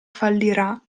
fallirà